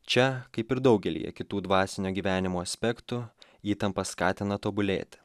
čia kaip ir daugelyje kitų dvasinio gyvenimo aspektų įtampa skatina tobulėti